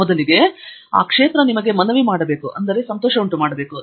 ಮೊದಲಿಗೆ ಅದು ನಿಮಗೆ ಮನವಿ ಮಾಡಬೇಕು ಕೇವಲ ನಂತರ ನೀವು ಅದನ್ನು ಪಡೆಯುವ ಪ್ರಯತ್ನ ಮಾಡಬೇಕು